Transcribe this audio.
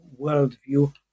worldview